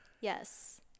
Yes